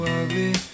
ugly